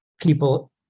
people